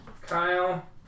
Kyle